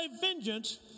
vengeance